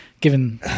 given